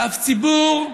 אף ציבור,